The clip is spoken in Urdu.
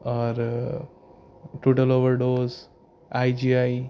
اور ٹوڈل اوور ڈوز آئی جی آئی